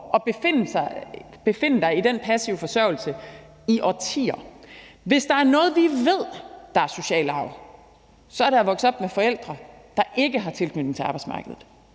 at befinde sig i den passive forsørgelse i årtier. Hvis der er noget, vi ved er social arv, er det at vokse op med forældre, der ikke har tilknytning til arbejdsmarkedet.